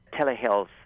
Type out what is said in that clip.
telehealth